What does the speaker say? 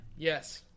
Yes